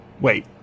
wait